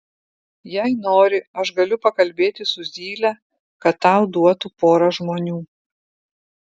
jei nori aš galiu pakalbėti su zyle kad tau duotų porą žmonių